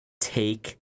Take